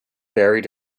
buried